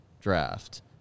draft